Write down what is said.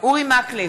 אורי מקלב,